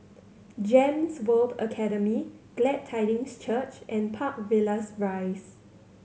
GEMS World Academy Glad Tidings Church and Park Villas Rise